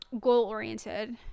goal-oriented